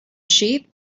sheep